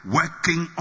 working